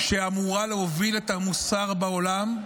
שאמורה להוביל את המוסר בעולם,